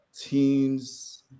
teams